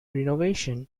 renovations